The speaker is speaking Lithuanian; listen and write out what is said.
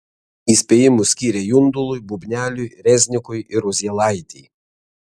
įspėjimus skyrė jundului bubneliui reznikui ir uzielaitei